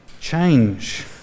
change